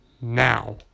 now